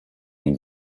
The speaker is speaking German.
den